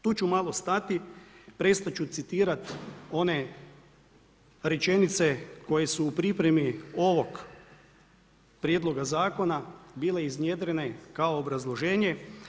Tu ću malo stati, presti ću citirati one rečenice, koje su u pripremi ovog prijedloga zakona, bile iznjedrene kao obrazloženje.